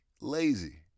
lazy